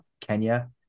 Kenya